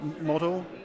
model